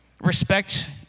respect